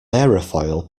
aerofoil